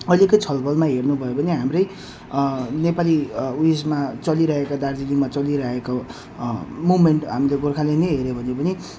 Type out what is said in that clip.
अहिलेको छलफलमा हेर्नु भयो भने हाम्रो नेपाली उयसमा चलिरहेका दार्जिलिङमा चलिरहेको मुभमेन्ट हामीले गोर्खाल्यान्ड हेर्यौँ भने पनि